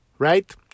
Right